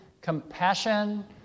compassion